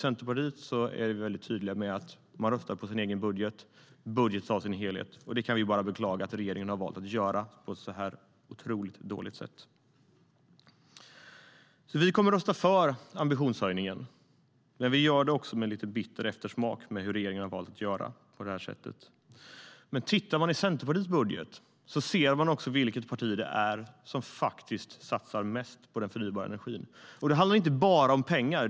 Centerpartiet är tydlig med att man röstar på sin egen budget och att budgeten tas i en helhet. Vi kan bara beklaga att regeringen har valt att göra det på detta otroligt dåliga sätt. Vi kommer alltså att rösta för ambitionshöjningen. Men vi gör det med lite bitter eftersmak på grund av att regeringen har valt att göra på det här sättet. Om man tittar på Centerpartiets budget kan man dock se vilket parti som satsar mest på den förnybara energin. Det handlar inte bara om pengar.